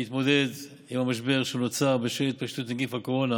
בכדי לסייע למשק להתמודד עם המשבר שנוצר בשל התפשטות נגיף הקורונה